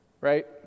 Right